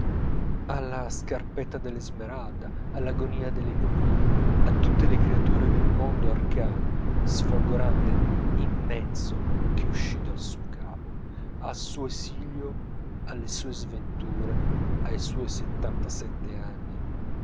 alla scarpetta d'esmeralda all'agonia d'eponina a tutte le creature del mondo arcano sfolgorante immenso che uscì dal suo capo al suo esilio alle sue sventure ai suoi settantasette anni